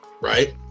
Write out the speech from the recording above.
right